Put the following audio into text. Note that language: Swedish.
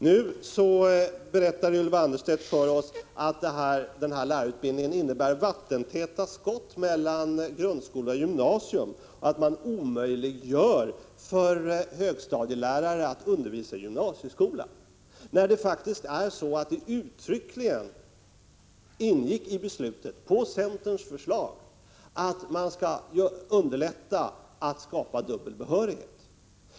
Nu berättar Ylva Annerstedt för oss att lärarutbildningen innebär vattentäta skott mellan grundskola och gymnasium och att man omöjliggör för högstadielärare att undervisa i gymnasieskolan, när det faktiskt i beslutet — på centerns förslag — uttryckligen sades att man skall underlätta att skapa dubbel behörighet.